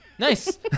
Nice